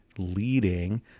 leading